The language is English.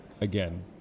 again